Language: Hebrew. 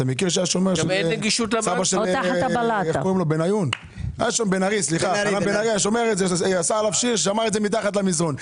חנן בן ארי היה שומר מתחת למזרן.